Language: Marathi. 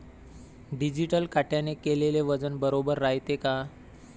डिजिटल काट्याने केलेल वजन बरोबर रायते का?